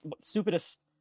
stupidest